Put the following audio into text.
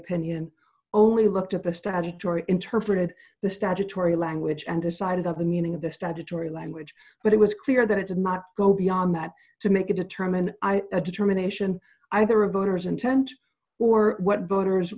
opinion only looked at the study tour interpreted the statutory language and decided on the meaning of the strategery language but it was clear that it did not go beyond that to make it determine i determination either a voter's intent or what voters